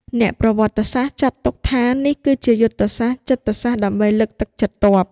អ្នកប្រវត្តិសាស្ត្រចាត់ទុកថា នេះគឺជាយុទ្ធសាស្ត្រចិត្តសាស្ត្រដើម្បីលើកទឹកចិត្តទ័ព។